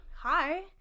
hi